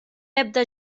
ebda